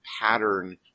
pattern